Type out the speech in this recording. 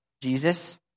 Jesus